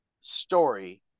story